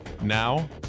Now